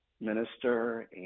minister